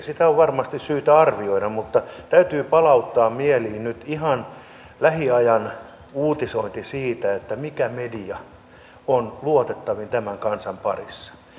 sitä on varmasti syytä arvioida mutta täytyy palauttaa mieliin nyt ihan lähiajan uutisointi siitä mikä media on luotettavin tämän kansan parissa